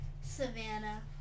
Savannah